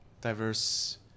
diverse